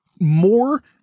more